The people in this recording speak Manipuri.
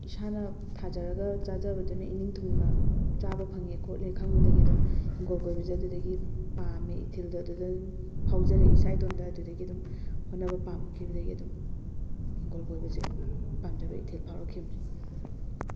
ꯏꯁꯥꯅ ꯊꯥꯖꯔꯒ ꯆꯥꯖꯕꯗꯨꯅ ꯏꯅꯤꯡꯊꯨꯡꯅ ꯆꯥꯕ ꯐꯪꯉꯦ ꯈꯣꯠꯂꯦ ꯈꯪꯕꯗꯒꯤ ꯑꯗꯨꯝ ꯍꯤꯡꯒꯣꯜ ꯀꯣꯏꯕꯁꯦ ꯑꯗꯨꯗꯒꯤ ꯄꯥꯝꯃꯦ ꯏꯊꯤꯜꯗ ꯑꯗꯨꯗ ꯑꯗꯨꯝ ꯐꯥꯎꯖꯔꯛꯑꯦ ꯏꯁꯥ ꯏꯇꯣꯝꯇ ꯑꯗꯨꯗꯒꯤ ꯑꯗꯨꯝ ꯍꯣꯠꯅꯕ ꯄꯥꯝꯈꯤꯕꯗꯒꯤ ꯑꯗꯨꯝ ꯍꯤꯡꯒꯣꯜ ꯀꯣꯏꯕꯁꯦ ꯄꯥꯝꯖꯕ ꯏꯊꯤꯜ ꯐꯥꯎꯔꯛꯈꯤꯕꯅꯦ